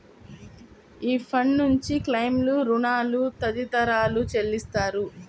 ఈ ఫండ్ నుంచి క్లెయిమ్లు, రుణాలు తదితరాలు చెల్లిస్తారు